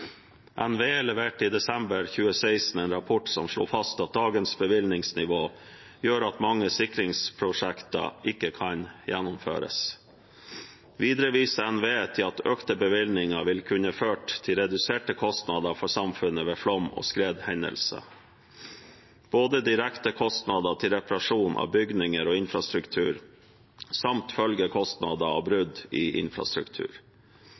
NVE leverte i desember 2016 en rapport som slår fast at dagens bevilgningsnivå gjør at mange sikringsprosjekter ikke kan gjennomføres. Videre viser NVE til at økte bevilgninger ville kunne ført til reduserte kostnader for samfunnet ved flom- og skredhendelser, både direkte kostnader for reparasjon av bygninger og infrastruktur og følgekostnader ved brudd i infrastruktur. I tillegg vet vi at mange som lever og